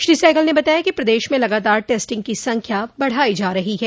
श्री सहगल ने बताया कि प्रदेश में लगातार टेस्टिंग की संख्या बढ़ाई जा रही है